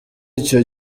icyo